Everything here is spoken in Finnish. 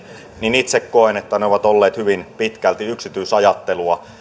niin itse koen että ne ovat olleet hyvin pitkälti yksityisajattelua